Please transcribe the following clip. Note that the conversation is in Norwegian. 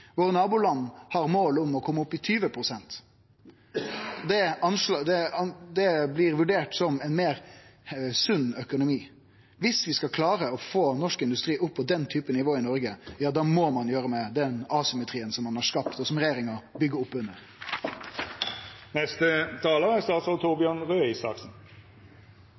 har mål om å kome opp i 20 pst. Det blir vurdert som ein sunnare økonomi. Dersom vi skal klare å få norsk industri opp på det nivået i Noreg, må ein gjere noko med den asymmetrien som ein har skapt, og som regjeringa byggjer opp under. Som sagt mener jeg dette er